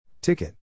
Ticket